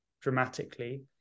dramatically